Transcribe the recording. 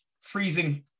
freezing